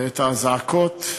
ואת האזעקות,